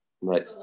right